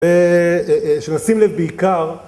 ושנשים לב בעיקר...